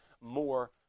more